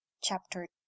Chapter